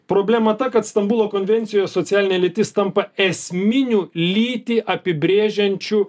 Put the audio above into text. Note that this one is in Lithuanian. problema ta kad stambulo konvencijoj socialinė lytis tampa esminiu lytį apibrėžiančiu